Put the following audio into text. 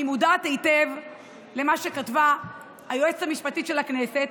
אני מודעת היטב למה שכתבה היועצת המשפטית של הכנסת,